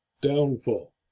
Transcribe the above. downfall